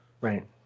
right